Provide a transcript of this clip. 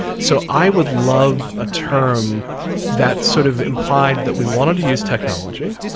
so i would love a term that sort of implied that we wanted to use technology,